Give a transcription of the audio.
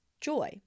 joy